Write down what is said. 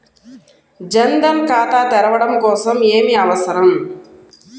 జన్ ధన్ ఖాతా తెరవడం కోసం ఏమి అవసరం?